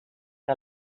que